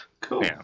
cool